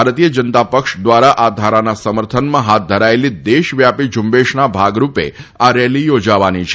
ભારતીય જનતા પક્ષ દ્વારા આ ધારાના સમર્થનમાં હાથ ધરાચેલી દેશ વ્યાપી ઝુંબેશના ભાગરૂપે આ રેલી યોજાવાની છે